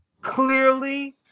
Clearly